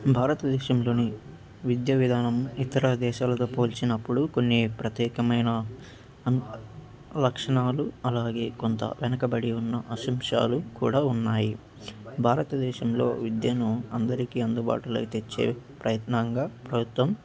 భారతదేశంలో విద్యా విధానం ఇతర దేశాలతో పోల్చినప్పుడు కొన్ని ప్రత్యేకమైన అ లక్షణాలు అలాగే కొంత వెనకబడి ఉన్న అంశాలు కూడా ఉన్నాయి భారతదేశంలో విద్యను అందరికీ అందుబాటులో తెచ్చే ప్రయత్నంగా ప్రభుత్వం